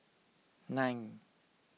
nine